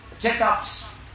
checkups